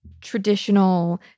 traditional